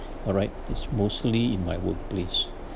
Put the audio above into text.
alright is mostly in my workplace